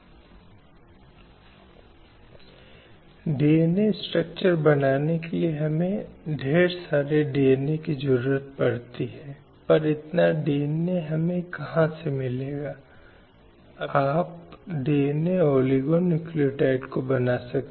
इस अर्थ में कुछ उदाहरण दिए गए हैं बलात्कार यौन शोषण तस्करी यौन उत्पीड़न कार्यस्थल में धमकी बैटरी महिला जननांग विकृति और महिलाओं के लिए हानिकारक अन्य प्रथाओं का अपराध